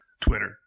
Twitter